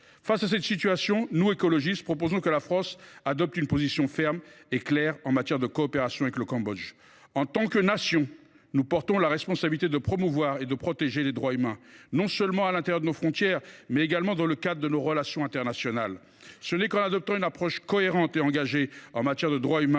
Face à cette situation, nous, élus du groupe écologiste, proposons que la France adopte une position ferme et claire en matière de coopération avec le Cambodge. En tant que Nation, nous portons la responsabilité de promouvoir et de protéger les droits humains, non seulement à l’intérieur de nos frontières, mais également dans le cadre de nos relations internationales. Ce n’est qu’en adoptant une approche cohérente et engagée en matière de droits humains